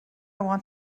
want